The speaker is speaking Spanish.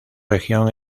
región